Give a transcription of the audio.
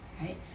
right